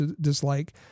dislike